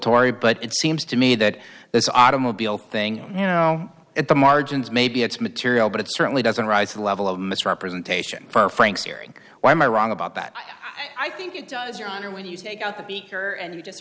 torrie but it seems to me that this automobile thing you know at the margins maybe it's material but it certainly doesn't rise to the level of misrepresentation for frank's theory why am i wrong about that i think it does your honor when you take out the beaker and you just